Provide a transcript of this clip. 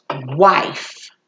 wife